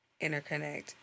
interconnect